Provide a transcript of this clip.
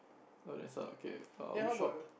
oh let's all okay which shop